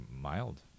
mild